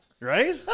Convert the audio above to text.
Right